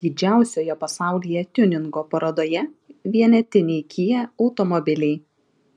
didžiausioje pasaulyje tiuningo parodoje vienetiniai kia automobiliai